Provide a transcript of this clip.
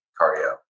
cardio